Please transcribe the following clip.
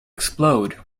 explode